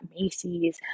Macy's